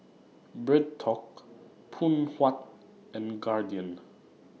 BreadTalk Phoon Huat and Guardian